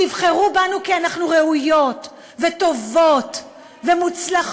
תבחרו בנו כי אנחנו ראויות וטובות ומוצלחות.